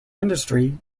industry